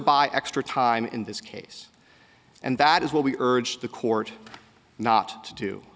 buy extra time in this case and that is what we urged the court not to do